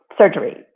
surgery